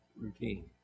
routine